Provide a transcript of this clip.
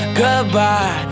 goodbye